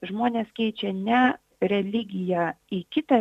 žmonės keičia ne religiją į kitą